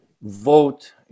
vote